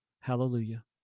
Hallelujah